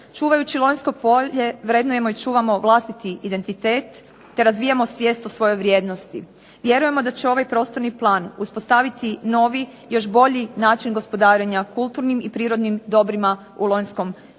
Čuvajući Lonjsko polje vrednujemo i čuvamo vlastiti identitet, te razvijamo svijest o svojoj vrijednosti. Vjerujemo da će ovaj prostorni plan uspostaviti novi, još bolji način gospodarenja kulturnim i prirodnim dobrima u Lonjskom polju